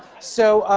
so,